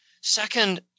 Second